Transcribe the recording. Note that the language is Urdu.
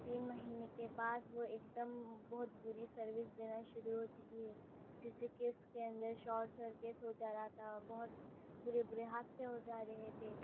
تین مہینے کے بعد وہ ایک دم بہت بری سروس دینا شروع ہو چکی ہے جیسے کہ اس کے اندر شاٹ سرکٹ ہو جا رہا تھا بہت برے برے حادثے ہو جا رہے تھے